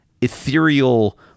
ethereal